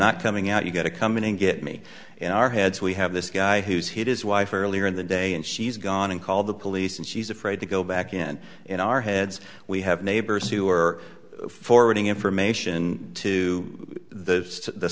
not coming out you've got to come in and get me in our heads we have this guy who's hit his wife earlier in the day and she's gone and called the police and she's afraid to go back again in our heads we have neighbors who are forwarding information to the